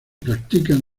practican